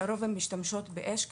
לרוב הן משתמשות באש,